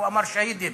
הוא אמר "שהידים".